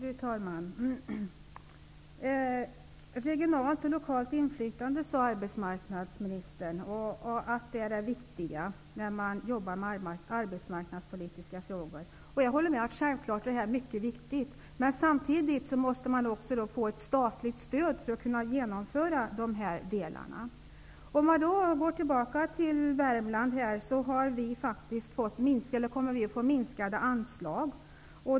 Fru talman! Arbetsmarknadsministern sade att det viktiga när man arbetar med arbetmarknadspolitiska åtgärder är regionalt och lokalt inflytande. Jag håller med om att det självfallet är mycket viktigt. Men samtidigt måste man få ett statligt stöd för att kunna genomföra dessa delar. Vi har i Värmland fått minskade anslag.